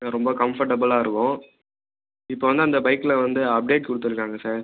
ரொம்ப கம்ஃபர்டபுளாக இருக்கும் இப்போ வந்து அந்த பைக்கில வந்து அப்டேட் கொடுத்துருக்காங்க சார்